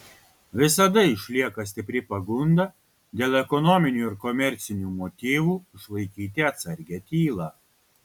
visada išlieka stipri pagunda dėl ekonominių ir komercinių motyvų išlaikyti atsargią tylą